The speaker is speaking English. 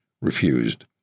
refused